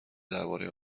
درباره